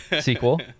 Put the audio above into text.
sequel